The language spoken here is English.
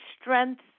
strength